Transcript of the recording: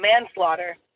manslaughter